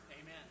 amen